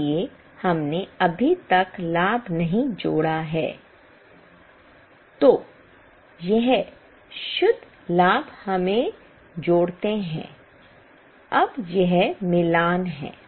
इसलिए हमने अभी तक लाभ नहीं जोड़ा है तो यह शुद्ध लाभ हमें जोड़ते हैं अब यह मिलान है